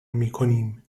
میکنیم